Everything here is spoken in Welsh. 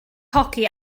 hoci